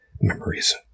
memories